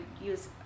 use